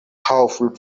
powerful